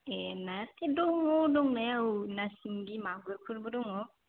ए नायाथ' दङ दंनाया औ ना सिंगि मागुरफोरबो दङ